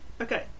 Okay